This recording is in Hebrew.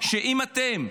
שאם אתם,